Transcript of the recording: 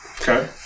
Okay